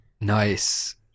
Nice